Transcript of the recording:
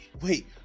wait